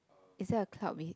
is that a cloud be~